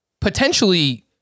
potentially